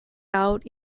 out